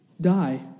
die